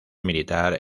militar